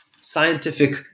scientific